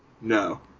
No